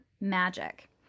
magic